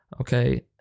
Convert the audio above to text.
okay